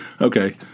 Okay